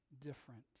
different